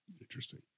Interesting